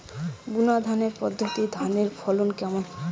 বুনাধানের পদ্ধতিতে ধানের ফলন কেমন?